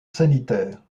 sanitaire